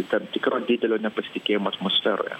tam tikro didelio nepasitikėjimo atmosferoje